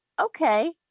okay